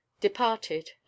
departed